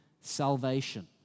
salvation